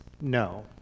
no